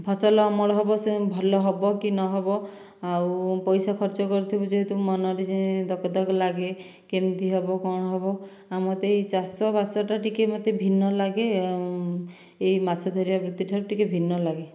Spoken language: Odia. ଫସଲ ଅମଳ ହେବ ସେ ଭଲ ହେବ କି ନ ହେବ ଆଉ ପଇସା ଖର୍ଚ୍ଚ କରିଥିବୁ ଯେହେତୁ ମନରେ ଯେ ଧକ ଧକ ଲାଗେ କେମିତି ହେବ କ'ଣ ହେବ ମୋତେ ଏ ଚାଷ ବାସରେ ଟିକିଏ ମୋତେ ଭିନ୍ନ ଲାଗେ ଆଉ ଏହି ମାଛ ଧରିବା ବୃତ୍ତି ଠାରୁ ଟିକିଏ ଭିନ୍ନ ଲାଗେ